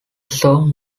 song